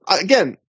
again